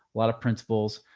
lot of principals,